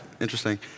interesting